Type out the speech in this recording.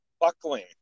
buckling